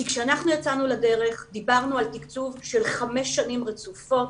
כי כשאנחנו יצאנו לדרך דיברנו על תקצוב של חמש שנים רצופות.